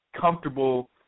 comfortable